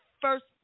first